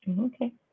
Okay